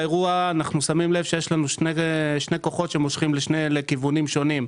אנחנו שמים לב שיש שני כוחות שמושכים לכיוונים שונים.